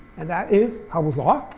and that is hubble's law,